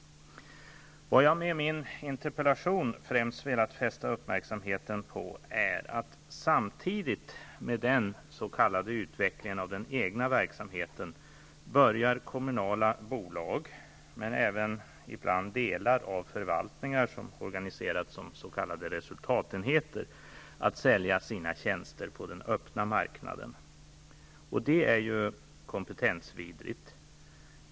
Vad jag med min interpellation främst velat fästa uppmärksamheten på är att kommunala bolag, men även ibland delar av förvaltningar som organiserats som s.k. resultatenheter, samtidigt med den s.k. utvecklingen av den egna verksamheten börjar sälja sina tjänster på den öppna marknaden. Detta är ju kompetensvidrigt.